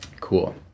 Cool